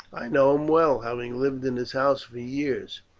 i know him well, having lived in his house for years.